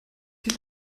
die